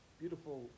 beautiful